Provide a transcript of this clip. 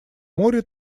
море